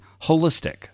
holistic